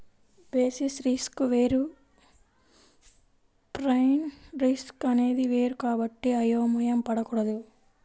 basis risk వేరు price risk అనేది వేరు కాబట్టి అయోమయం పడకూడదు